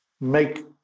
make